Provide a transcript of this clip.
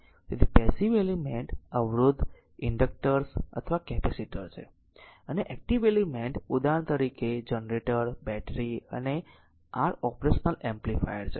તેથી passive element અવરોધ inductors અથવા કેપેસિટર છે અને એક્ટીવ એલિમેન્ટ ઉદાહરણ તરીકે જનરેટર બેટરી અને r ઓપરેશનલ એમ્પ્લીફાયર છે